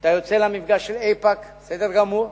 אתה יוצא למפגש איפא"ק, בסדר גמור,